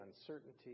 uncertainty